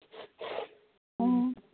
ꯎꯝ